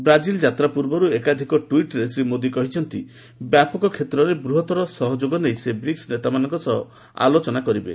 Brazil ଯାତ୍ରା ପୂର୍ବରୁ ଏକାଧିକ ଟ୍ପିଟ୍ରେ ଶ୍ରୀ ମୋଦୀ କହିଛନ୍ତି ବ୍ୟାପକ କ୍ଷେତ୍ରରେ ବୃହତର ସହଯୋଗ ନେଇ ସେ ବ୍ରିକ୍ସ ନେତାମାନଙ୍କ ସହ ଆଲୋଚନା କରିବେ